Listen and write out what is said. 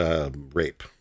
rape